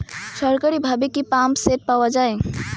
সরকারিভাবে কি পাম্পসেট পাওয়া যায়?